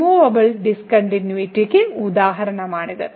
removable ഡിസ്കണ്ടിന്യൂയിറ്റിക്ക് ഉദാഹരണമാണിത്